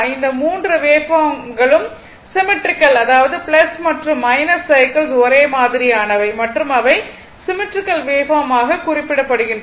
இந்த 3 waveform waveform களும் symmetrical அதாவது மற்றும் சைக்கிள்ஸ் ஒரே மாதிரியானவை மற்றும் அவை சிம்மெட்ரிக்கல் வேவ்பார்ம் ஆக குறிப்பிடப்படுகின்றன